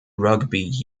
rugby